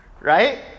Right